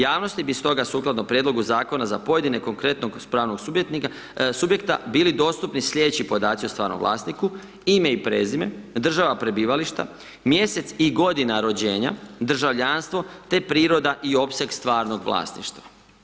Javnosti bi stoga sukladno prijedlogu zakona za pojedine konkretnog pravnog subjekta bili dostupni slijedeći podaci o stvarnom vlasniku, ime i prezime, država prebivališta, mjesec i godina rođenja, državljanstvo te priroda i opseg stvarnog vlasništva.